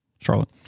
Charlotte